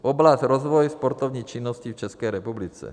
Oblast rozvoje sportovní činnosti v České republice.